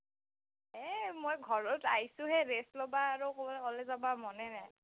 এই মই ঘৰত আইছোঁহে ৰেষ্ট ল'বা আৰু কৰবালৈ যাব মনে নাই